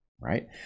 right